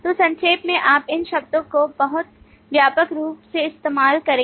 तो संक्षेप में आप इन शब्दों को बहुत व्यापक रूप से इस्तेमाल करेंगे